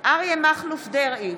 אריה מכלוף דרעי,